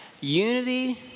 unity